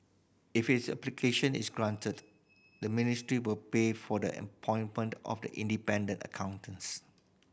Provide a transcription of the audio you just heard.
if its application is granted the ministry will pay for the appointment of the independent accountants